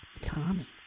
Tommy